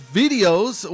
videos